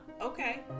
okay